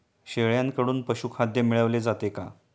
शेळ्यांकडून पशुखाद्य मिळवले जाते का?